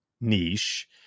niche